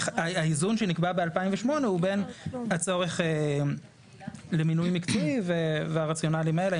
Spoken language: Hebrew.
והאיזון שנקבע ב-2008 הוא בין הצורך למינוי מקצועי והרציונלים האלה,